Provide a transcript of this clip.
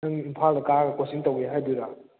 ꯅꯪ ꯏꯝꯐꯥꯜꯗ ꯀꯔꯥꯒ ꯀꯣꯆꯤꯡ ꯇꯧꯒꯦ ꯍꯥꯢꯗꯣꯏꯔ